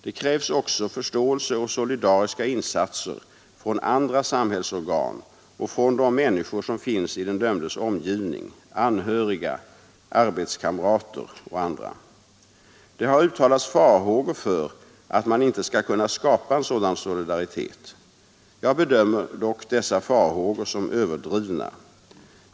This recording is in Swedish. Det krävs också förståelse och solidariska insatser från andra samhällsorgan och från de människor som finns i den dömdes omgivning, anhöriga, arbetskamrater och andra. Det har uttalats farhågor för att man inte skall kunna skapa en sådan solidaritet. Jag bedömer dock dessa farhågor som överdrivna.